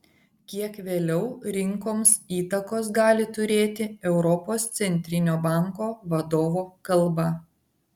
kiek vėliau rinkoms įtakos gali turėti europos centrinio banko vadovo kalba